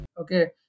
Okay